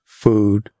food